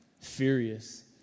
furious